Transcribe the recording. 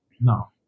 No